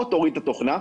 או תוריד את התוכנה,